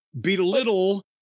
belittle